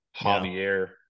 Javier